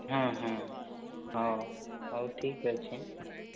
ହଁ ହଁ ହଉ ହଉ ଠିକ୍ ଅଛି